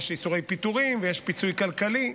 יש איסורי פיטורין ויש פיצוי כלכלי.